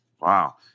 Wow